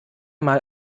mal